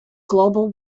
global